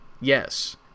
Yes